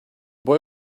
boy